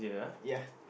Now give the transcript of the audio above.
ya